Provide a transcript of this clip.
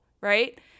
right